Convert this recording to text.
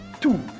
Two